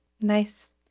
Nice